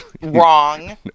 wrong